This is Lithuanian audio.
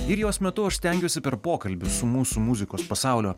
ir jos metu aš stengiuosi per pokalbius su mūsų muzikos pasaulio